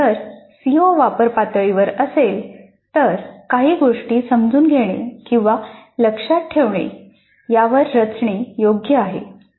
जर सीओ वापर पातळीवर असेल तर काही गोष्टी समजून घेणे किंवा लक्षात ठेवणे यावर रचणे योग्य आहे